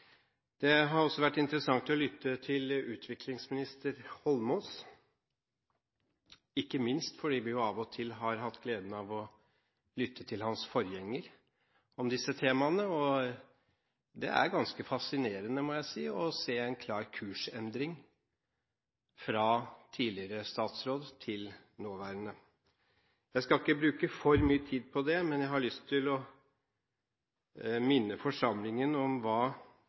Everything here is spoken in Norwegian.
Det har også vært interessant å lytte til utviklingsminister Eidsvoll Holmås, ikke minst fordi vi av og til har hatt gleden av å lytte til hans forgjenger om disse temaene. Det er ganske fascinerende å se en klar kursendring fra tidligere statsråd til nåværende. Jeg skal ikke bruke for mye tid på det, men jeg har lyst til å minne forsamlingen om hva